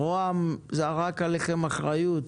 ראש הממשלה זרק עליכם אחריות.